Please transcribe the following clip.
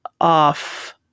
off